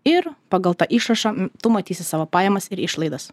ir pagal tą išrašą tu matysi savo pajamas ir išlaidas